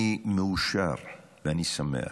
אני מאושר ואני שמח,